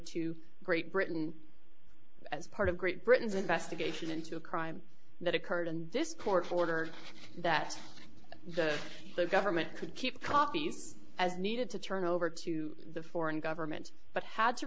to great britain as part of great britain's investigation into a crime that occurred in this court order that the government could keep copies as needed to turn over to the foreign government but had to